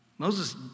Moses